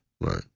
right